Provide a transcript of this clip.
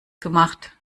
gemacht